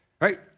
right